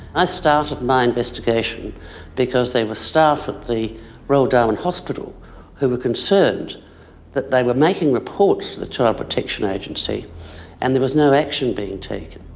ah started my investigation because there were staff at the royal darwin hospital who were concerned that they were making reports to the child protection agency and there was no action being taken.